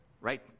right